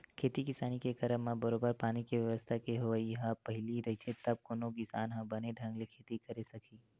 खेती किसानी के करब म बरोबर पानी के बेवस्था के होवई ह पहिली रहिथे तब कोनो किसान ह बने ढंग ले खेती करे सकही